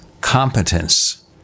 competence